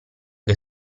che